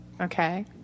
Okay